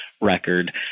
record